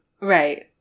right